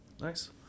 Nice